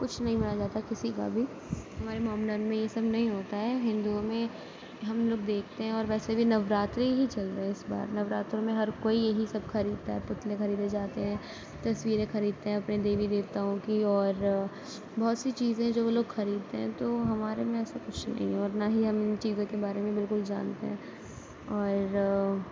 کچھ نہیں بنایا جاتا کسی کا بھی ہمارے محمڈن میں یہ سب نہیں ہوتا ہے ہندوؤں میں ہم لوگ دیکھتے ہیں اور ویسے بھی نوراتری ہی چل رہا ہے اس بار نوراتروں میں ہر کوئی یہی سب خریدتا ہے پتلے خریدے جاتے ہیں تصویریں خریدتے ہیں اپنے دیوی دیوتاؤں کی اور بہت سی چیزیں جو وہ لوگ خریدتے ہیں تو ہمارے میں ایسا کچھ بھی نہیں ہے اور نا ہی ہم ان چیزوں کے بارے میں بالکل جانتے ہیں اور